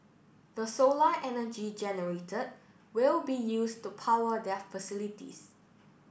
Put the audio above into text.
the solar energy generated will be used to power their facilities